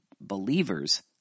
believers—